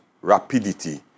rapidity